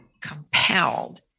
compelled